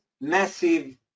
massive